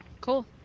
cool